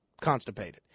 constipated